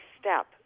step